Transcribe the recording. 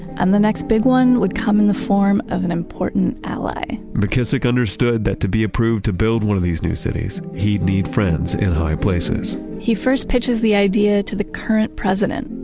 and the next big one would come in the form of an important ally mckissick understood that to be approved to build one of these new cities, he would need friends in high places he first pitches the idea to the current president,